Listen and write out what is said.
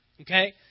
Okay